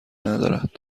ندارد